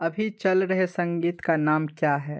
अभी चल रहे संगीत का नाम क्या है